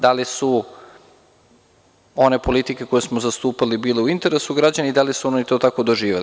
Da li su one politike koje smo zastupali bile u interesu građana i da li su oni to tako doživeli.